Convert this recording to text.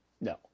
No